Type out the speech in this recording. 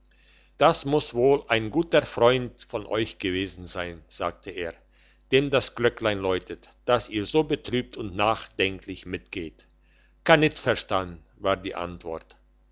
das muss wohl auch ein guter freund von euch gewesen sein sagte er dem das glöcklein läutet dass ihr so betrübt und nachdenklich mitgeht kannitverstan war die antwort